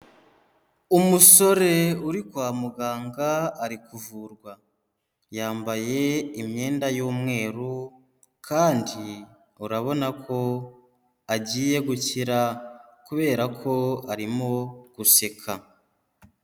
Umusore uri kwa muganga ari kuvurwa. Yambaye imyenda y'umweru kandi urabona ko agiye gukira kubera ko arimo guseka.